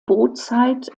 brutzeit